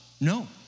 no